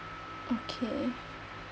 okay